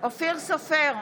אופיר סופר,